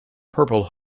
purple